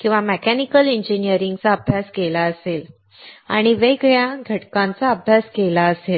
किंवा मेकॅनिकल इंजिनिअरिंगचा अभ्यास केला असेल आणि वेगळ्या घटकांचा अभ्यास केला असेल